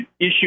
issue